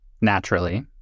Naturally